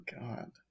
God